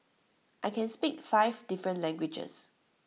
I can speak five different languages